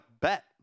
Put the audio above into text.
bet